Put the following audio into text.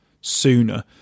sooner